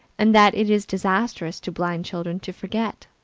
and that it is disastrous to blind children to forget.